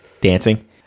dancing